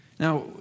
Now